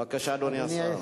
בבקשה, אדוני השר.